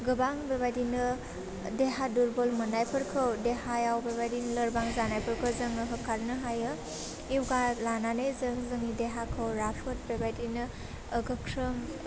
गोबां बेबायदिनो देहा दुरबल मोन्नायफोरखौ देहायाव बेबायदि लोरबां जानायफोरखौ जोङो होखारनो हायो यगा लानानै जों जोंनि देहाखौ राफोद बेबायदिनो ओह गोख्रों